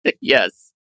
Yes